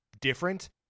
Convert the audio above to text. different